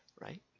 right